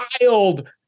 wild